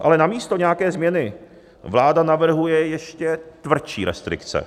Ale namísto nějaké změny vláda navrhuje ještě tvrdší restrikce.